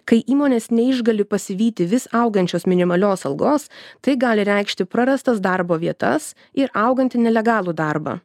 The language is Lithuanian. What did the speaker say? kai įmonės neišgali pasivyti vis augančios minimalios algos tai gali reikšti prarastas darbo vietas ir augantį nelegalų darbą